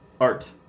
art